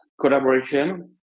collaboration